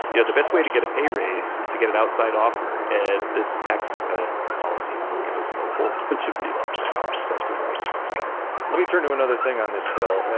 you know the best way to get a pay raise is to get an outside offer, and this tax policy will give us a whole bunch of new outside offers. that's where the wage effect's coming from let me turn to another thing on this bill.